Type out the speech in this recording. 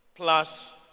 Plus